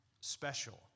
special